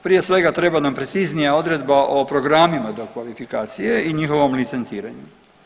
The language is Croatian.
Prije svega treba nam preciznija odredba o programima dokvalifikacije i njihovom licenciranju.